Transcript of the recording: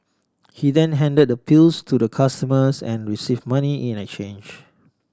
he then handed the pills to the customers and receive money in a change